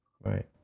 Right